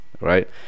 right